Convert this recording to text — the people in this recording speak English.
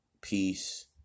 peace